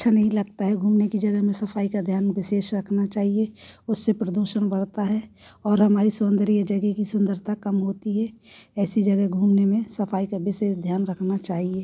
अच्छा नहीं लगता है घूमने की जगह में सफाई का ध्यान विशेष रखना चाहिए उससे प्रदूषण बढ़ता है और हमारी सौंदर्य जगह की सुंदरता कम होती है ऐसी जगह घूमने में सफाई का विषय ध्यान रखना चाहिए